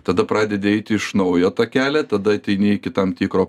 tada pradedi eiti iš naujo tą kelią tada ateini iki tam tikro